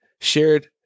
Shared